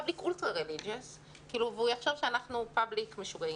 Public ultra-religious והוא יחשוב שאנחנו Public משוגעים,